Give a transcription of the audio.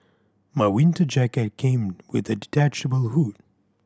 my winter jacket came with a detachable hood